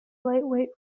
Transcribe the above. lightweight